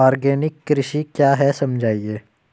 Organic कृषि क्या है समझाइए?